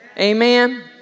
Amen